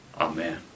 Amen